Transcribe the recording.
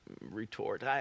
retort